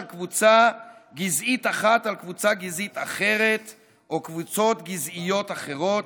קבוצה גזעית אחת על קבוצה גזעית אחרת או קבוצות גזעיות אחרות,